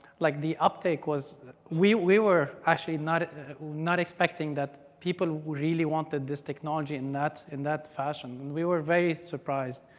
like the uptake was we we were actually not not expecting that people really wanted this technology in that in that fashion. and we were very surprised.